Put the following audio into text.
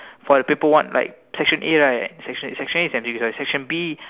for the paper one like section a right section a is M_C_Q section B